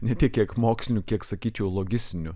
ne tie kiek mokslinių kiek sakyčiau logistinių